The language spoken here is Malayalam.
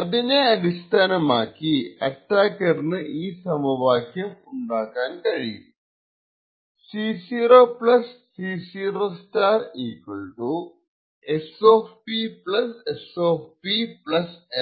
ഇതിനെ അടിസ്ഥാനമാക്കി അറ്റാക്കറിനു ഈ സമവാക്യം ഉണ്ടാക്കാൻ കഴിയും C0 C0 SP SP